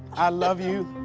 i love you.